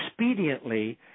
expediently